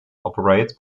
operates